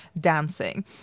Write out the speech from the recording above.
dancing